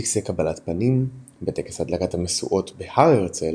טקסי קבלת פנים, בטקס הדלקת המשואות בהר הרצל